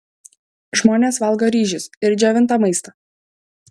žmonės valgo ryžius ir džiovintą maistą